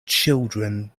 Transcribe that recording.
children